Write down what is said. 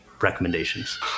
recommendations